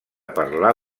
parlar